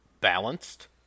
balanced